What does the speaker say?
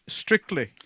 strictly